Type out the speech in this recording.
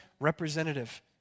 representative